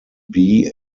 bea